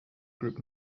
group